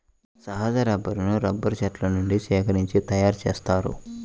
సహజ రబ్బరును రబ్బరు చెట్ల నుండి సేకరించి తయారుచేస్తారు